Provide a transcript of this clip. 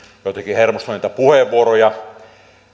joitakin hermostuneita puheenvuoroja